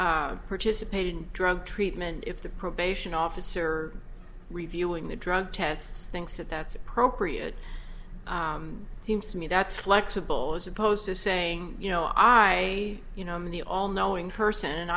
participate in drug treatment if the probation officer reviewing the drug tests thinks that that's appropriate it seems to me that's flexible as opposed to saying you know i you know i'm the all knowing person and